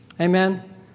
Amen